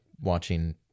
watching